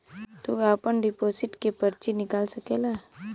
तू आपन डिपोसिट के पर्ची निकाल सकेला